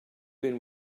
been